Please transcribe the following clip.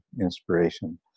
inspiration